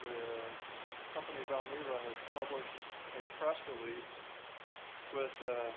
the company valneva has published a press release with a